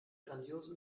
grandiose